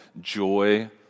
joy